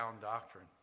doctrine